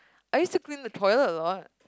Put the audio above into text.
I used to clean the toilet a lot